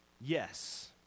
yes